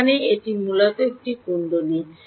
এখানে এটি মূলত একটি কুণ্ডলী